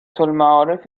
المعارف